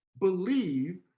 believe